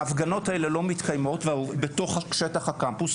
ההפגנות האלה לא מתקיימות בתוך שטח הקמפוס,